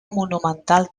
monumental